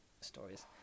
stories